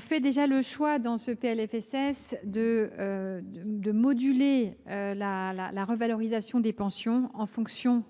fait le choix, dans ce PLFSS, de moduler la revalorisation des pensions en fonction